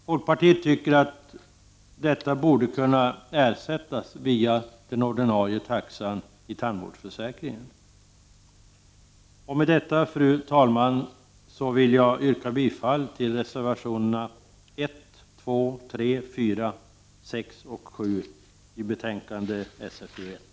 Folkpartiet tycker att detta borde kunna ersättas via den ordinarie taxan i tandvårdsförsäkringen. Med detta fru talman, vill jag yrka bifall till reservationerna 1, 2, 3, 4, 6 och 7 i betänkande SfU1.